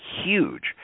huge